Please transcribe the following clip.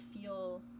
feel